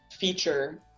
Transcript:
feature